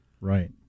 Right